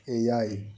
ᱮᱭᱟᱭ